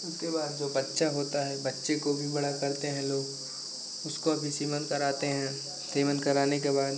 उसके बाद जो बच्चा होता है बच्चे को भी बड़ा करते हैं लोग उसका भी सीमन कराते हैं सीमन कराने के बाद